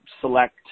select